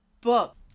book